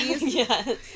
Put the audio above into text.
Yes